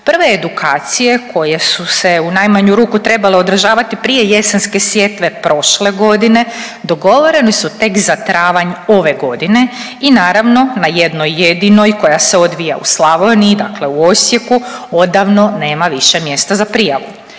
Prve edukacije koje su se u najmanju ruku trebale održavati prije jesenske sjetve prošle godine dogovorene su tek za travanj ove godine i naravno na jednoj jedinoj koja se odvija u Slavoniji dakle u Osijeku odavno nema više mjesta za prijavu.